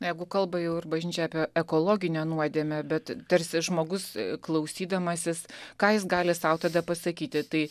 jeigu kalba jau ir bažnyčia apie ekologinę nuodėmę bet tarsi žmogus klausydamasis ką jis gali sau tada pasakyti tai